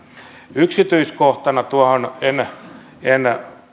yksityiskohtana tuohon en en